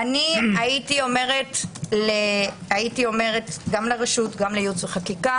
הייתי אומרת גם לרשות וגם לייעוץ וחקיקה